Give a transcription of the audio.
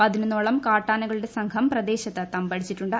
പതിനൊത്നോളം കാട്ടാനകളുടെ സംഘം പ്രദേശത്ത് തമ്പടിച്ചിട്ടുണ്ട്